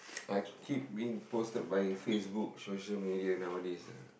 I keep being posted by Facebook social media nowadays ah